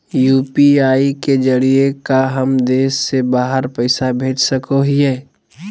UPI के जरिए का हम देश से बाहर पैसा भेज सको हियय?